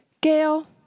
Gail